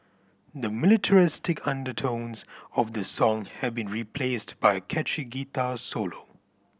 the militaristic undertones of the song have been replaced by a catchy guitar solo